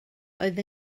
oedd